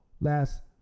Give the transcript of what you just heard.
last